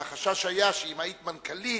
אלא החשש היה שאם היית מנכ"לית,